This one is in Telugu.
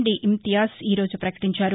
డీ ఇంతియాజ్ ఈరోజు ప్రకటించారు